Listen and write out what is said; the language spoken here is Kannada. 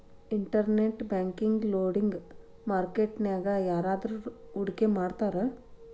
ಇನ್ಟರ್ನೆಟ್ ಬ್ಯಾಂಕ್ ಲೆಂಡಿಂಗ್ ಮಾರ್ಕೆಟ್ ನ್ಯಾಗ ಯಾರ್ಯಾರ್ ಹೂಡ್ಕಿ ಮಾಡ್ತಾರ?